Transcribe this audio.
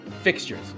fixtures